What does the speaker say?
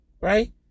right